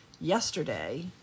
yesterday